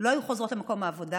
היו חוזרות למקום העבודה.